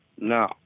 No